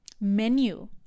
menu